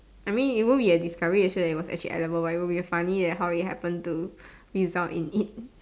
I mean it won't be a discovery that say it was actually edible but it will be funny that how it happen to result in it